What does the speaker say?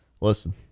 listen